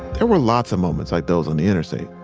there were lots of moments like those on the interstate.